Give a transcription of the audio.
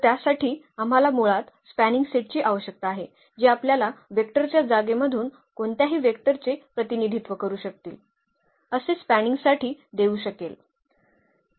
तर त्यासाठी आम्हाला मुळात स्पॅनिंग सेटची आवश्यकता आहे जी आपल्या वेक्टरच्या जागेमधून कोणत्याही वेक्टरचे प्रतिनिधित्व करू शकतील असे स्पॅनिंग साठी देऊ शकेल